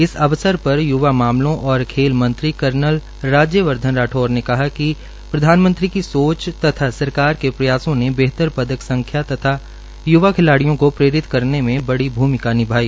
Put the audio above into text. इस अवसर पर य्वा मामलों और खेल मंत्री कर्नल राज्य वर्धन राठौड़ ने कहा कि प्रधानमंत्री की सोच तथा सरकार के प्रयासों ने बेहतर पदक संख्या तथा य्वा खिलाड़ियों को प्रेरित करने में बड़ी भूमिका निभाई